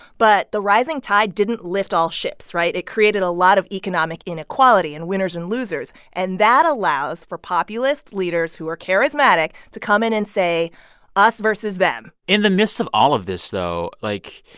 but the rising tide didn't lift all ships, right? it created a lot of economic inequality and winners and losers. and that allows for populist leaders who are charismatic to come in and say us versus them in the midst of all of this, though, like,